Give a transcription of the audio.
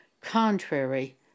contrary